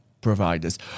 providers